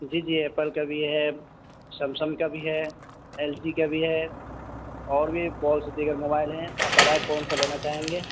جی جی ایپل کا بھی ہے سیمسنگ کا بھی ہے ایل جی کا بھی ہے اور بھی بہت سے دیگر موبائل ہیں آپ بتائیں کون سا لینا چاہیں گے